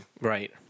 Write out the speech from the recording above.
Right